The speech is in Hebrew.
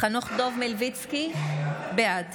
חנוך דב מלביצקי, בעד